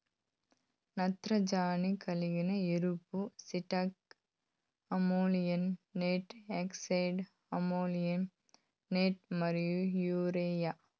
నత్రజని కలిగిన ఎరువులు synthetic ammonia, nitric acid, ammonium nitrate మరియు యూరియా